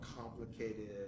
complicated